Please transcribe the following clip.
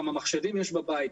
כמה מחשבים יש בבית,